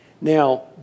Now